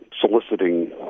soliciting